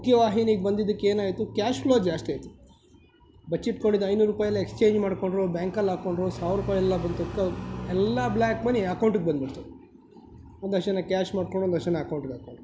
ಮುಖ್ಯವಾಹಿನಿಗೆ ಬಂದಿದ್ದಕ್ಕೆ ಏನಾಯಿತು ಕ್ಯಾಶ್ ಫ್ಲೋ ಜಾಸ್ತಿ ಆಯಿತು ಬಚ್ಚಿಟ್ಕೊಂಡಿದ್ದ ಐನೂರು ರೂಪಾಯಿ ಎಲ್ಲ ಎಕ್ಸ್ಚೇಂಜ್ ಮಾಡಿಕೊಂಡ್ರು ಬ್ಯಾಂಕಲ್ಲಿ ಹಾಕ್ಕೊಂಡ್ರು ಸಾವಿರ ರೂಪಾಯಿ ಎಲ್ಲ ಬಂತು ಎಲ್ಲ ಬ್ಲ್ಯಾಕ್ ಮನಿ ಅಕೌಂಟಿಗೆ ಬಂದ್ಬಿಡ್ತು ಒಂದಷ್ಟು ಜನ ಕ್ಯಾಶ್ ಮಾಡಿಕೊಂಡ್ರು ಒಂದಷ್ಟು ಜನ ಆಕೌಂಟ್ಗೆ ಹಾಕ್ಕೊಂಡ್ರು